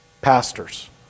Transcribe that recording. Pastors